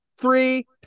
three